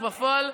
אך בפועל,